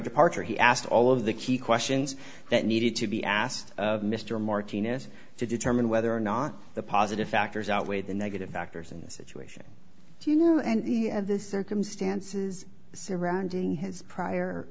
departure he asked all of the key questions that needed to be asked of mr martinez to determine whether or not the positive factors outweigh the negative factors in this situation you know and the circumstances surrounding his prior